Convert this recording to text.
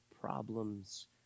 problems